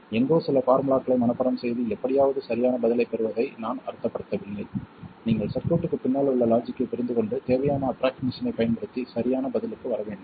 எங்கோ சில ஃபார்முலாக்களை மனப்பாடம் செய்து எப்படியாவது சரியான பதிலைப் பெறுவதை நான் அர்த்தப்படுத்தவில்லை நீங்கள் சர்க்யூட்க்கு பின்னால் உள்ள லாஜிக்கைப் புரிந்துகொண்டு தேவையான ஆஃப்ரொக்ஸிமேசன் ஐப் பயன்படுத்தி சரியான பதிலுக்கு வர வேண்டும்